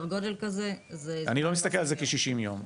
גודל כזה --- אני לא מסתכל על זה כ-60 ימים,